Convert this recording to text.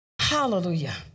Hallelujah